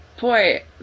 Boy